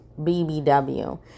bbw